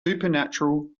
supernatural